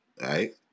right